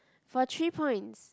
for three points